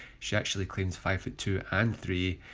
she actually claims five foot two and three.